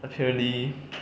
apparently